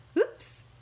oops